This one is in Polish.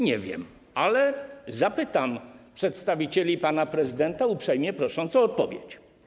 Nie wiem, ale zapytam przedstawicieli pana prezydenta, uprzejmie prosząc o odpowiedź.